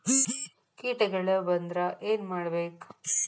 ಕೇಟಗಳ ಬಂದ್ರ ಏನ್ ಮಾಡ್ಬೇಕ್?